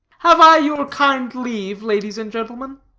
have i your kind leave, ladies and gentlemen?